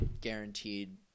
guaranteed